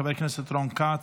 חבר הכנסת רון כץ,